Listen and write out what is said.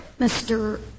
Mr